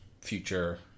future